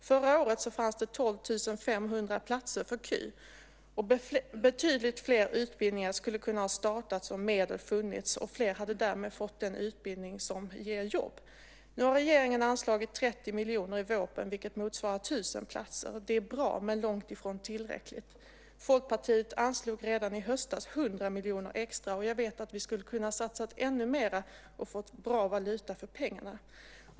Förra året fanns det 12 500 platser för KY. Betydligt fler utbildningar skulle ha kunnat startas om medel funnits, och fler hade därmed fått den utbildning som ger jobb. Nu har regeringen anslagit 30 miljoner i vårpropositionen. Det är bra, men långt ifrån tillräckligt. Folkpartiet anslog redan i höstas 100 miljoner extra, och jag vet att vi skulle ha kunnat satsa ännu mera och fått bra valuta för pengarna.